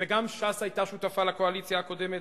וגם ש"ס היתה שותפה לקואליציה הקודמת,